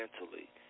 mentally